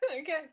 Okay